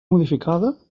modificada